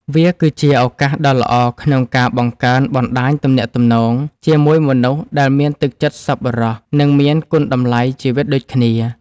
វាគឺជាឱកាសដ៏ល្អក្នុងការបង្កើនបណ្ដាញទំនាក់ទំនងជាមួយមនុស្សដែលមានទឹកចិត្តសប្បុរស និងមានគុណតម្លៃជីវិតដូចគ្នា។